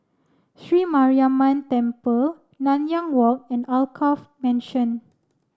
Sri Mariamman Temple Nanyang Walk and Alkaff Mansion